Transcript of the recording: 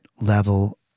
level